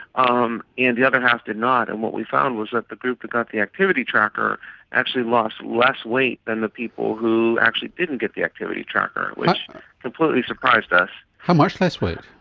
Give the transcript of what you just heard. um and the other half did not. and what we found was that the group that got the activity tracker actually lost less weight than the people who actually didn't get the activity tracker, which completely surprised us. how much less weight?